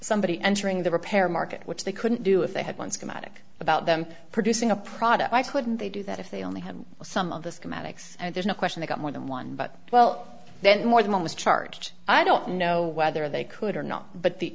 somebody entering the repair market which they couldn't do if they had one schematic about them producing a product i couldn't they do that if they only have some of the schematics and there's no question they got more than one but well then more than one was charged i don't know whether they could or not but the